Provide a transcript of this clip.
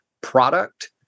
product